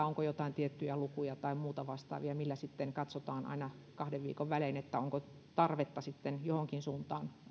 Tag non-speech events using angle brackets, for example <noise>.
<unintelligible> onko jotain tiettyjä lukuja tai muuta vastaavia millä sitten katsotaan aina kahden viikon välein onko tarvetta johonkin suuntaan